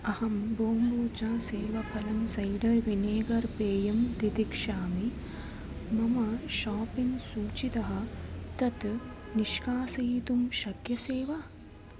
अहं बोम्बूचा सेवफलं cider vinegar पेयं तितिक्षामि मम शापिङ्ग् सूचितः तत् निष्कासयितुं शक्यसे वा